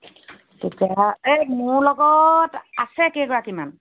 এই মোৰ লগত আছে কেইগৰাকীমান